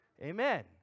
Amen